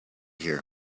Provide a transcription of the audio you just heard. here